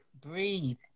Breathe